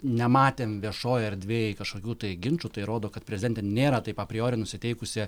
nematėm viešoj erdvėj kažkokių tai ginčų tai rodo kad prezidentė nėra taip a priori nusiteikusi